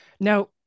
Now